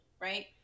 right